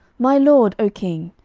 my lord, o king,